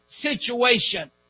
situation